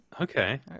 Okay